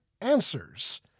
answers